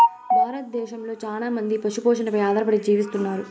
భారతదేశంలో చానా మంది పశు పోషణపై ఆధారపడి జీవిస్తన్నారు